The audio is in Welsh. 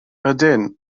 ydyn